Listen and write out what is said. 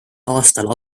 aastal